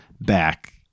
back